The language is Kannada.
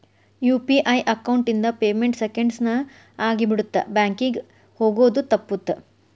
ಯು.ಪಿ.ಐ ಅಕೌಂಟ್ ಇಂದ ಪೇಮೆಂಟ್ ಸೆಂಕೆಂಡ್ಸ್ ನ ಆಗಿಬಿಡತ್ತ ಬ್ಯಾಂಕಿಂಗ್ ಹೋಗೋದ್ ತಪ್ಪುತ್ತ